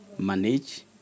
manage